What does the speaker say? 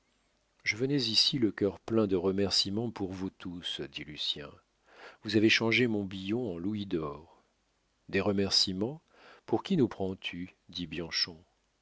je venais ici le cœur plein de remercîments pour vous tous dit lucien vous avez changé mon billon en louis d'or des remercîments pour qui nous prends-tu dit